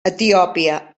etiòpia